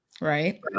right